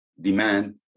demand